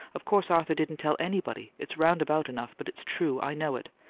of course arthur didn't tell anybody. it's roundabout enough, but it's true. i know it!